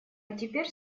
теперь